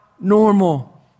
normal